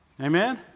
Amen